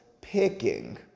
picking